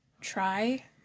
try